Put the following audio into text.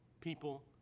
people